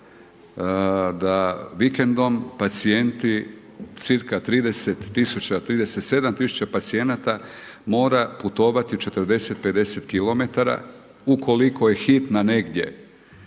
da vikendom pacijenti cca 37 000 pacijenata mora putovati 40, 50 kilometara, ukoliko je hitna negdje,